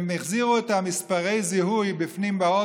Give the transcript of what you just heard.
הם החזירו את מספרי הזיהוי פנימה,